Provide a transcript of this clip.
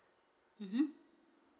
mmhmm